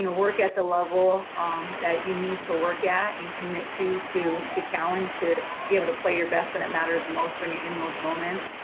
and work at the level that you need to work at and commit to to to challenge, to be able to play your best when it matters and most when you're in those moments.